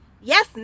Yes